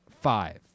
five